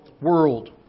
World